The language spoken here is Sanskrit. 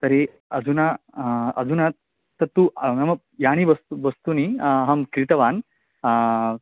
तर्हि अधुना अधुना तत्तु अहमपि यानि वस्तु वस्तूनि अहं क्रीतवान्